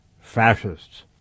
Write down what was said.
fascists